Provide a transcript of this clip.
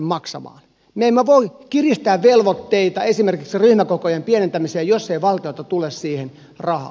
me emme voi kiristää velvoitteita esimerkiksi ryhmäkokojen pienentämiseen jos ei valtiolta tule siihen rahaa